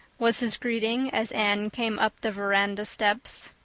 was his greeting as anne came up the veranda steps.